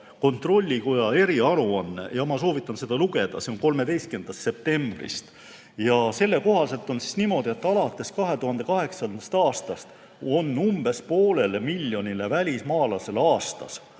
Kontrollikoja eriaruanne, ma soovitan seda lugeda, see on 13. septembrist. Selle kohaselt on niimoodi, et alates 2008. aastast on umbes poolele miljonile välismaalasele aastas